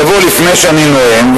תבוא לפני שאני נואם,